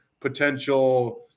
potential